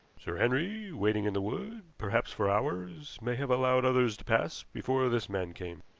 sir henry, waiting in the wood, perhaps for hours, may have allowed others to pass before this man came.